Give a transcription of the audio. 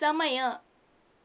ಸಮಯ